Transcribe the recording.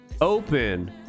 open